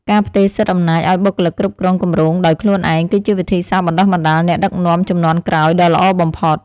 ការផ្ទេរសិទ្ធិអំណាចឱ្យបុគ្គលិកគ្រប់គ្រងគម្រោងដោយខ្លួនឯង គឺជាវិធីសាស្ត្របណ្តុះបណ្តាលអ្នកដឹកនាំជំនាន់ក្រោយដ៏ល្អបំផុត។